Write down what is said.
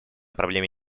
проблеме